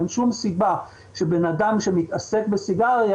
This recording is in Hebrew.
אין שום סיבה שבן אדם שמתעסק בסיגריה